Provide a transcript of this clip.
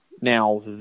Now